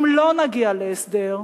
אם לא נגיע להסדר,